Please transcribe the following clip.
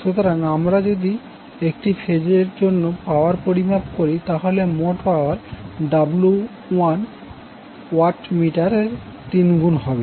সুতরাং আমরা যদি একটি ফেজের জন্য পাওয়ার পরিমাপ করি তাহলে মোট পাওয়ার W1 ওয়াট মিটারের তিনগুণ হবে